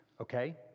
okay